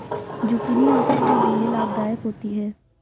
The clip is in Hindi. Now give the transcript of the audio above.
जुकिनी आंखों के लिए लाभदायक होती है